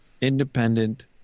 independent